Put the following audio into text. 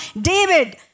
David